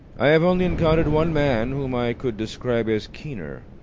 i have only encountered one man whom i could describe as keener.